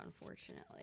unfortunately